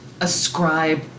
ascribe